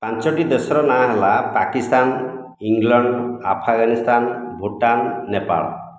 ପାଞ୍ଚଟି ଦେଶର ନାଁ ହେଲା ପାକିସ୍ତାନ ଇଂଲଣ୍ଡ ଆଫଗାନିସ୍ତାନ ଭୁଟାନ ନେପାଳ